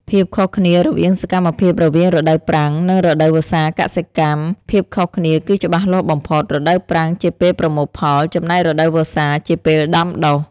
ភាពខុសគ្នារវាងសកម្មភាពរវាងរដូវប្រាំង និងរដូវវស្សាកសិកម្ម ភាពខុសគ្នាគឺច្បាស់លាស់បំផុត។ រដូវប្រាំងជាពេល ប្រមូលផល ចំណែករដូវវស្សាជាពេល ដាំដុះ។